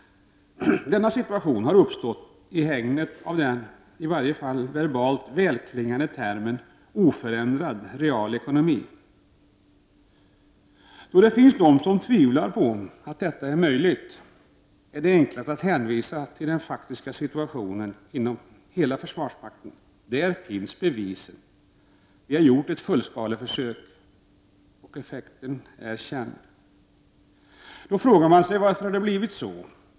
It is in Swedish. Denna situation har uppstått i hägnet av den i varje fall verbalt välklingande termen oförändrad real ekonomi. Det finns de som tvivlar på att detta är möjligt. Det är då enklast att hänvisa till den faktiska situationen inom hela försvarsmakten. Där finns bevisen. Vi har gjort ett fullskaligt försök, och effekten är känd. T Då frågar man sig varför det har blivit så.